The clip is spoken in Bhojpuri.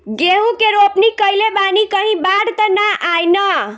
गेहूं के रोपनी कईले बानी कहीं बाढ़ त ना आई ना?